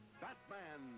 Batman